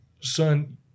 son